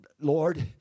Lord